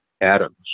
atoms